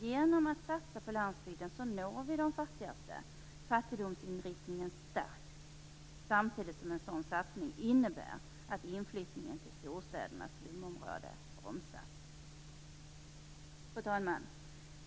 Genom att satsa på landsbygden når vi de fattigaste - fattigdomsinriktningen stärks - samtidigt som en sådan satsning innebär att inflyttningen till storstädernas slumområden bromsas. Fru talman!